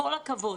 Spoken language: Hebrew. כל הכבוד,